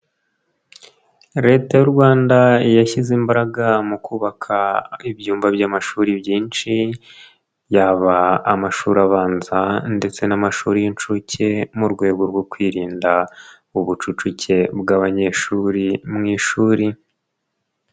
Leta y'u rwanda yashyize imbaraga mu kubaka ibyumba by'amashuri byinshi, yaba amashuri abanza ndetse n'amashuri y'inshuke, mu rwego rwo kwirinda ubucucike bw'abanyeshuri mu ishuri.